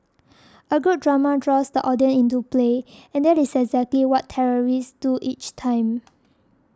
a good drama draws the audience into play and that is exactly what terrorists do each time